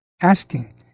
asking